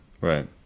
Right